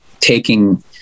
taking